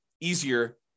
easier